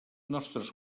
nostres